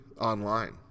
online